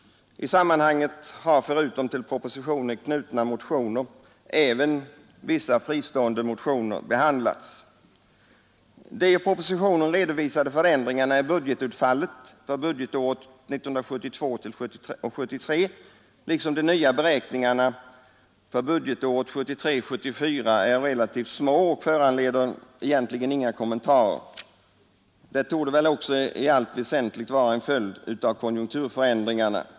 I sammanhanget har förutom till propositionen knutna motioner även vissa fristående motioner behandlats. De i propositionen redovisade förändringarna i budgetutfallet för budgetåret 1972 74 är relativt små och föranleder egentligen inga kommentarer. De torde i allt väsentligt också vara en följd av konjunkturförändringar.